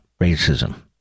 racism